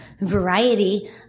variety